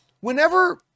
whenever